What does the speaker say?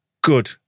Good